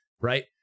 right